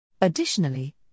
Additionally